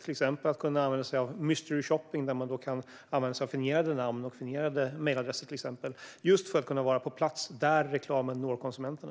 Till exempel ska man kunna använda sig av mystery shopping, där man till exempel kan använda sig av fingerade namn och fingerade mejladresser - just för att kunna vara på plats där reklamen når konsumenterna.